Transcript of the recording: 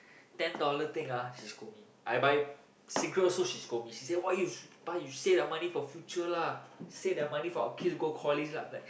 ten dollar thing ah she scold me I buy cigarette also she scold me she say why you s~ buy save that money for future lah save that money for our kids go college lah I'm like